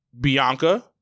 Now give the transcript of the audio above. Bianca